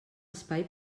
espai